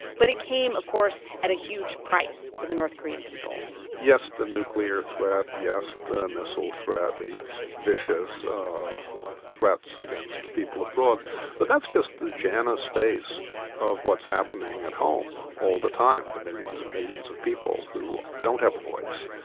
but it came, of course, at a huge price for the north korean people yes, the nuclear threat yes, the missile threat the vicious threats against people abroad but that's just the janus face of what's happening at home all the time to millions and millions of people who don't have a voice.